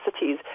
cities